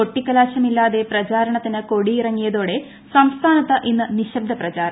കൊട്ടിക്കലാശമില്ലാതെ പ്രചാരണത്തിന് കൊടിയിറങ്ങിയതോടെ സംസ്ഥാനത്ത് ഇന്ന് നിശ്ശബ്ദ പ്രചാരണം